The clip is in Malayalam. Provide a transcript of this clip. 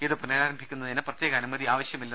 ഇത് പുനരാരംഭിക്കുന്നതിന് പ്രത്യേക അനുമതി ആവശ്യമില്ല